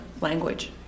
language